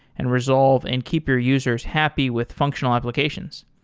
and resolve, and keep your users happy with functional applications.